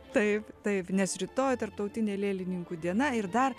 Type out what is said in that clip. taip taip nes rytoj tarptautinė lėlininkų diena ir dar